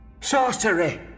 Sorcery